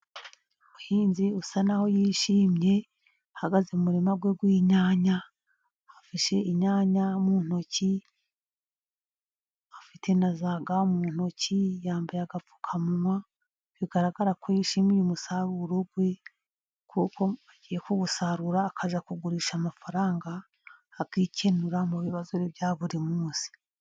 Umuhinzi usa naho yishimye ahagaze mu murima we w'inyanya afite inyanya mu ntoki, afite na zaga mu ntoki, yambaye agapfukamunwa bigaragara ko yishimiye umusaruro we kuko agiye kuwusarura akazajya kugurisha, amafaranga akikenuza mu bibazo bya buri munsi.